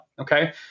Okay